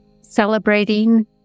celebrating